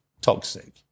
toxic